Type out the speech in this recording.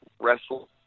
Wrestle